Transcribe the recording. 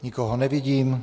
Nikoho nevidím.